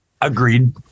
Agreed